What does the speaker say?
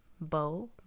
Bow